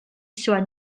soit